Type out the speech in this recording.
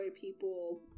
people